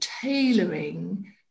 tailoring